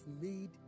made